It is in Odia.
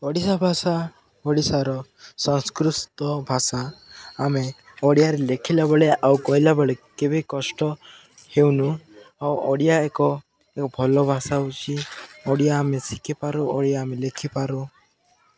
ଓଡ଼ିଶା ଭାଷା ଓଡ଼ିଶାର ଭାଷା ଆମେ ଓଡ଼ିଆରେ ଲେଖିଲା ବେଳେ ଆଉ କହିଲା ବେଳେ କେବେ କଷ୍ଟ ହେଉନୁ ଆଉ ଓଡ଼ିଆ ଏକ ଏକ ଭଲ ଭାଷା ହେଉଛି ଓଡ଼ିଆ ଆମେ ଶିଖିପାରୁ ଓଡ଼ିଆ ଆମେ ଲେଖିପାରୁ